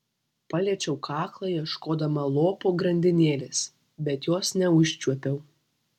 paliečiau kaklą ieškodama lopo grandinėlės bet jos neužčiuopiau